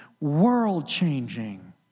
world-changing